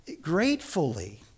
gratefully